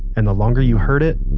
and the longer you heard it,